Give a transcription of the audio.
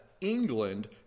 England